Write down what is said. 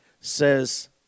says